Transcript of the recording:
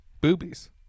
boobies